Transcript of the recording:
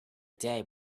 day